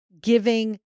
giving